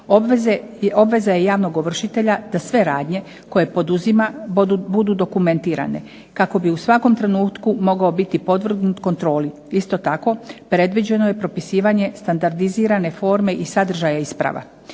Obveza je javnog ovršitelja da sve radnje koje poduzima budu dokumentirane kako bi u svakom trenutku mogao biti podvrgnut kontroli. Isto tako predviđeno je propisivanje standardizirane forme i sadržaja isprava